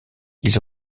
ils